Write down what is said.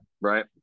Right